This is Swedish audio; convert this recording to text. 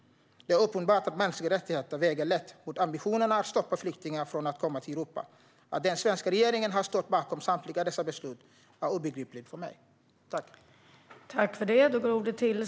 Det är uppenbart att mänskliga rättigheter väger lätt mot ambitionerna att stoppa flyktingar från att komma till Europa. Att den svenska regeringen har ställt sig bakom samtliga dessa beslut är obegripligt för mig.